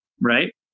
right